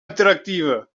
interactive